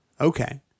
Okay